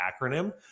acronym